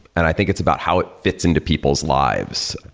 and i think it's about how it fits into people's lives.